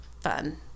fun